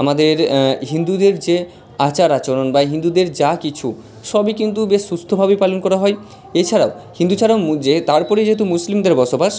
আমাদের হিন্দুদের যে আচার আচরণ বা হিন্দুদের যা কিছু সবই কিন্তু বেশ সুস্থভাবেই পালন করা হয় এছাড়াও হিন্দু ছাড়াও মু যে তারপরেই যেহেতু মুসলিমদের বসবাস